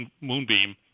Moonbeam